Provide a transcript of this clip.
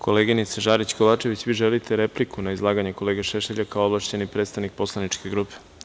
Koleginice Žarić Kovačević, vi želite repliku na izlaganje kolege Šešelja kao ovlašćeni predstavnik poslaničke grupe?